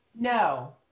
No